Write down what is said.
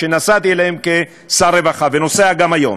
שנסעתי אליהם כשר רווחה ונוסע גם היום.